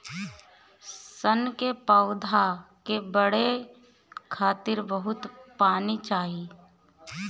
सन के पौधा के बढ़े खातिर बहुत पानी चाही